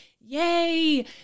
Yay